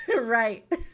Right